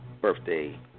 birthday